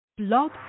blog